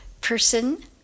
person